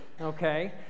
okay